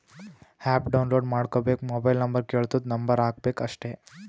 app download ಮಾಡ್ಕೋಬೇಕ್ mobile number ಕೆಳ್ತುದ್ number ಹಾಕಬೇಕ ಅಷ್ಟೇ